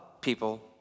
people